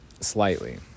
slightly